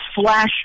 flash